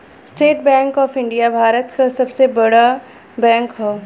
estate Bank of India Bharat क सबसे बड़ा बैंक हौ